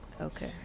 Okay